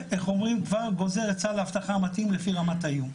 וכבר גוזר את סל האבטחה המתאים לפי רמת האיום.